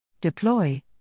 Deploy